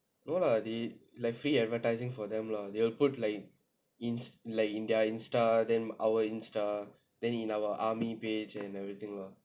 no lah the like free advertising for them lah they will put like in in their like in their Insta then our Insta then in our army page and everything lah